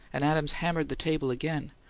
and adams hammered the table again.